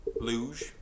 Luge